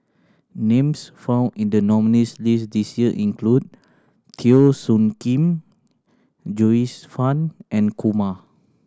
names found in the nominees' list this year include Teo Soon Kim Joyce Fan and Kumar